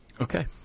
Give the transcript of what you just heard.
Okay